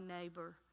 neighbor